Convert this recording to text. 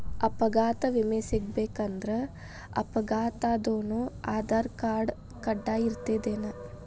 ಅಪಘಾತ್ ವಿಮೆ ಸಿಗ್ಬೇಕಂದ್ರ ಅಪ್ಘಾತಾದೊನ್ ಆಧಾರ್ರ್ಕಾರ್ಡ್ ಕಡ್ಡಾಯಿರ್ತದೇನ್?